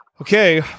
Okay